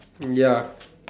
ya